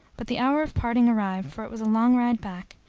but the hour of parting arrived, for it was a long ride back,